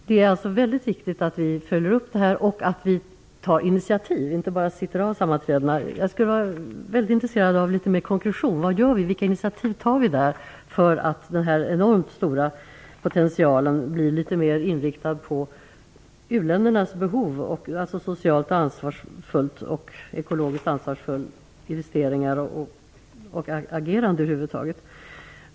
Det är alltså viktigt att vi följer upp det här och att vi tar initiativ och inte bara sitter av sammanträdena. Jag skulle vara intresserad av litet mer konkretion. Vad gör vi, vilka initiativ tar vi där, för att den här enormt stora potentialen skall bli litet mer inriktad på u-ländernas behov, på socialt och ekologiskt ansvarsfulla investeringar och socialt och ekologiskt ansvarsfullt agerande över huvud taget?